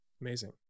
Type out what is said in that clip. amazing